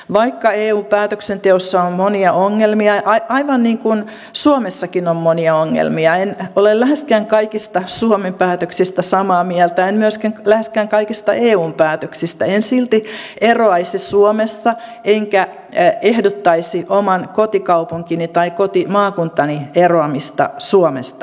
vaikka eun päätöksenteossa on monia ongelmia aivan niin kuin suomessakin on monia ongelmia en ole läheskään kaikista suomen päätöksistä samaa mieltä en myöskään läheskään kaikista eun päätöksistä en silti eroaisi suomesta enkä ehdottaisi oman kotikaupunkini tai kotimaakuntani eroamista suomesta